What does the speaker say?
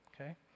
Okay